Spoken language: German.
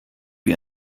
wie